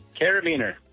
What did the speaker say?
Carabiner